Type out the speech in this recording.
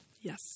Yes